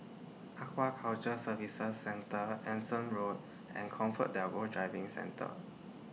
Aquaculture Services Centre Anson Road and ComfortDelGro Driving Centre